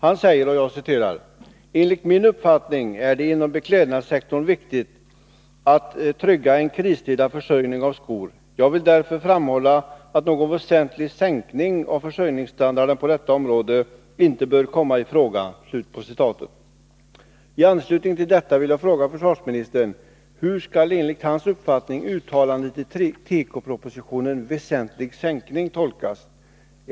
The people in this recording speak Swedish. Han säger: ”Enligt min uppfattning är det inom beklädnadssektorn särskilt viktigt att trygga en kristida försörjning av skor. Jag vill därför framhålla att någon väsentlig sänkning av försörjningsstandarden på detta område inte bör komma i fråga.” I anslutning till detta vill jag fråga: Hur skall enligt försvarsministerns uppfattning uttalandet i tekopropositionen om ”väsentlig sänkning” tolkas?